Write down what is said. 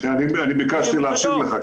אני ביקשתי להשיב לך,